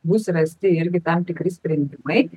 bus rasti irgi tam tikri sprendimai